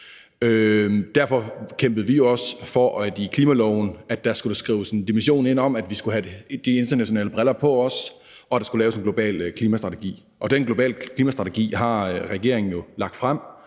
Derfor kæmpede vi også for, at der i klimaloven skulle skrives en dimension ind om, at vi også skulle have de internationale briller på, og at der skulle laves en global klimastrategi. Den globale klimastrategi har regeringen jo lagt frem,